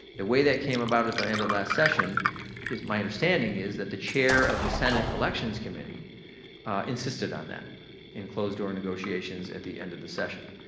way that came about at the end of last session is my understanding is that the chair of the senate elections committee insisted on that in closed door negotiations at the end of the session.